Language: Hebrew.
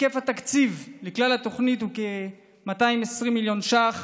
היקף התקציב לכלל התוכנית הוא כ-220 מיליון שקלים,